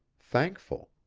thankful.